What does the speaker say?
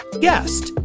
guest